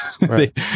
Right